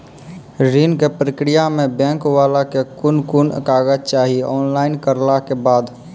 ऋण के प्रक्रिया मे बैंक वाला के कुन कुन कागज चाही, ऑनलाइन करला के बाद?